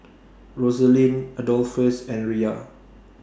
Rosaline Adolphus and Riya